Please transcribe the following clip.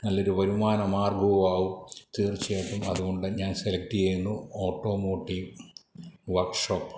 നല്ല ഒരു വരുമാന മാർഗ്ഗവും ആവും തീർച്ചയായിട്ടും അതുകൊണ്ട് ഞാൻ സെലെക്റ്റ് ചെയ്യുന്നു ഓട്ടോമോട്ടീവ് വർക്ക്ഷോപ്പ്